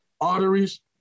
arteries